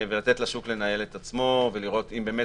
ולתת לשוק לנהל את עצמו ולראות אם באמת